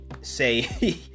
say